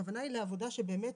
הכוונה היא לעבודה שבאמת